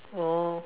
oh